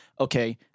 okay